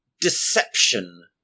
Deception